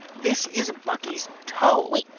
this is bucky's toe wait.